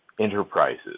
enterprises